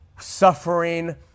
suffering